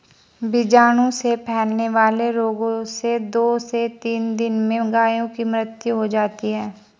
बीजाणु से फैलने वाले रोगों से दो से तीन दिन में गायों की मृत्यु हो जाती है